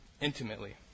intimately